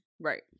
right